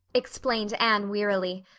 explained anne wearily,